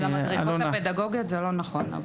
על המדרגות הפדגוגיות זה לא נכון.